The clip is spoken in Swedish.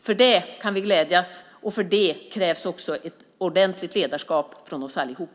För det kan vi glädjas, och för det krävs ett ordentligt ledarskap från oss allihop.